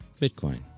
Bitcoin